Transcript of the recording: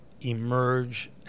emerge